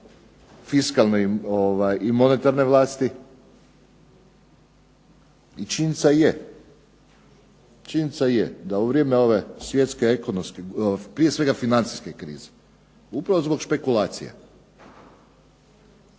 fiskalne i monetarne vlasti. I činjenica je da u vrijeme ove svjetske ekonomske, prije svega financijske krize, upravo zbog špekulacija.